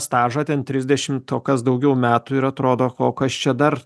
stažą ten trisdešimt o kas daugiau metų ir atrodo o kas čia dar